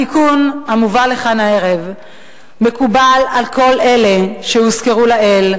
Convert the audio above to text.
התיקון המובא לכאן הערב מקובל על כל אלה שהוזכרו לעיל.